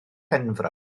penfro